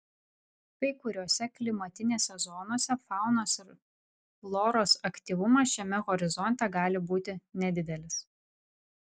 kai kuriose klimatinėse zonose faunos ir floros aktyvumas šiame horizonte gali būti nedidelis